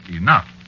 enough